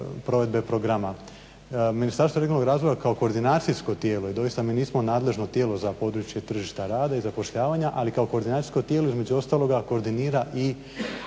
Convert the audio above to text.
provedbe programa. Ministarstvo regionalnog razvoja kao koordinacijsko tijelo i doista ni nismo nadležno tijelo za područje tržišta rada i zapošljavanja , ali kao koordinacijsko tijelo između ostaloga koordinira i